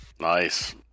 Nice